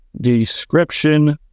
description